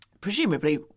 Presumably